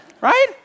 right